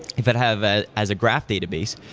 if ah have ah as a graph database,